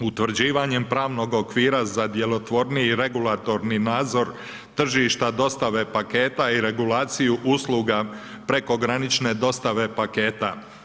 Utvrđivanjem pravnog okvira za djelotvorniji i regulatorni nadzor tržišta dostave paketa i regulaciju usluga prekogranične dostave paketa.